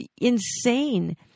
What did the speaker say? insane